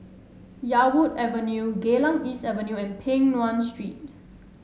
Yarwood Avenue Geylang East Avenue and Peng Nguan Street